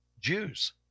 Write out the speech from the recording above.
Jews